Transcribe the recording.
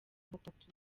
batatu